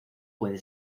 puede